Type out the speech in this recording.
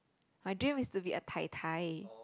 my dream is to be a tai tai